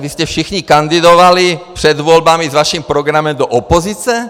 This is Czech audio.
Vy jste všichni kandidovali před volbami s vaším programem do opozice?